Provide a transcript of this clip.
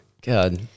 God